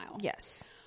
yes